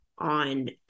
on